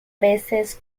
veces